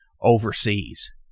overseas